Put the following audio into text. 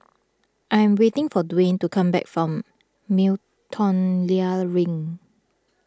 I am waiting for Dewayne to come back from Miltonia Link